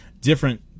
different